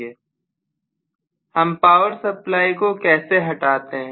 छात्र हम power supply को कैसे हटाते हैं